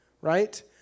Right